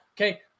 Okay